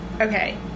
Okay